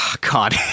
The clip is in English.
god